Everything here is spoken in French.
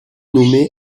nommé